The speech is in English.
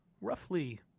roughly